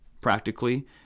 Practically